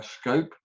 scope